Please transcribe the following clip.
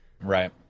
right